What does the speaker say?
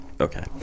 Okay